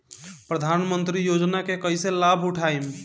प्रधानमंत्री योजना के कईसे लाभ उठाईम?